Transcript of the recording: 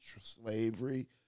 slavery